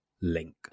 link